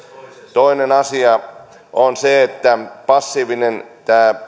toinen asia on se että passiivinen